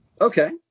Okay